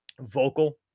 vocal